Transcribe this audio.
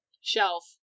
shelf